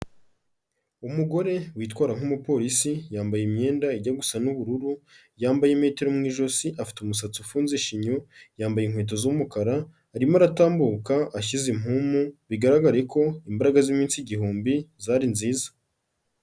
Umugore witwara nk'umupolisi, yambaye imyenda ijya gusa n'ubururu, yambaye metero mujosi afite umusatsi ufunze shinyo, yambaye inkweto z'umukara, arimo aratambuka ashyize impumu, bigaragare ko imbaraga zi'minsi igihumbi zari nziza.